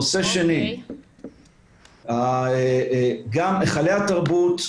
נושא שני, גם היכלי התרבות,